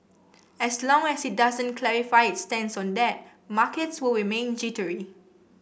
as long as it doesn't clarify its stance on that markets will remain jittery